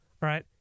right